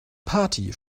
party